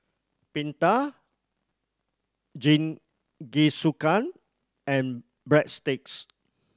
Pita Jingisukan and Breadsticks